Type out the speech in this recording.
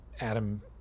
Adam